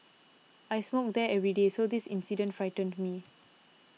I smoke there every day so this incident frightened me